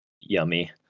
Yummy